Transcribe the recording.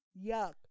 Yuck